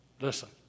Listen